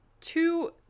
two